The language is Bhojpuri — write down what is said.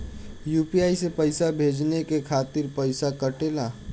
यू.पी.आई से पइसा भेजने के खातिर पईसा कटेला?